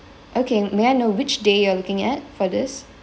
okay may I know which day you are looking at for this